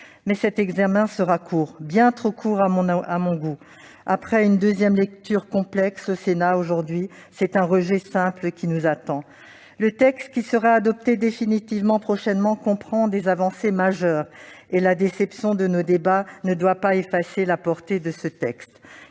cet examen sera court, bien trop court à mon goût. Après une deuxième lecture complexe au Sénat, c'est un rejet simple qui nous attend aujourd'hui. Le texte qui sera adopté définitivement prochainement comprend des avancées majeures et la déception à laquelle invitent nos débats ne doit pas effacer la portée de ce texte.